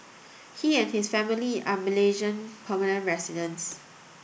he and his family are Malaysian permanent residents